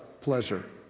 pleasure